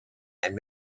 and